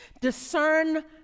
discern